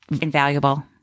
invaluable